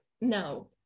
No